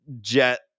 jet